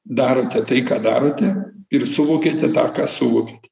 darote tai ką darote ir suvokiate tą ką suvokėte